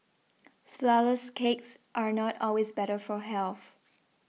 Flourless Cakes are not always better for health